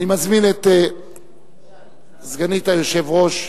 אני מזמין את סגנית היושב-ראש.